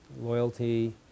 loyalty